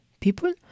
People